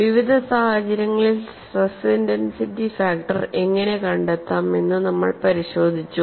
വിവിധ സാഹചര്യങ്ങളിൽ stress intensity factor എങ്ങിനെ കണ്ടെത്താം എന്ന് നമ്മൾ പരിശോധിച്ചു